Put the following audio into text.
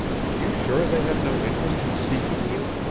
are you sure they had no interest in seeking you?